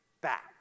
back